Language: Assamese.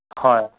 হয়